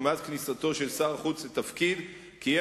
ומאז כניסתו של שר החוץ לתפקיד קיים